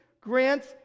grants